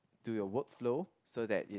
to your work flow so that it